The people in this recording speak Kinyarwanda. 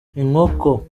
inkoko